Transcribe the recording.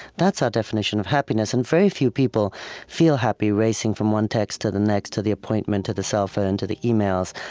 that's our definition of happiness. and very few people feel happy racing from one text to the next to the appointment to the cell phone to the emails.